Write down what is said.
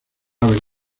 haber